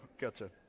Gotcha